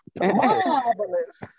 Marvelous